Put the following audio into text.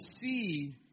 see